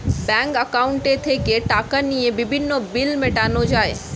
bank অ্যাকাউন্টে থেকে টাকা নিয়ে বিভিন্ন বিল মেটানো যায়